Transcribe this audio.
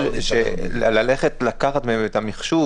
אבל לקחת מהם את המחשוב,